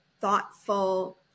thoughtful